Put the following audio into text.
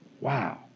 Wow